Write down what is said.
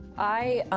i,